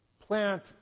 plant